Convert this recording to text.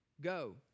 Go